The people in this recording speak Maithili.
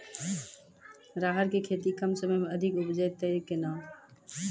राहर की खेती कम समय मे अधिक उपजे तय केना?